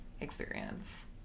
experience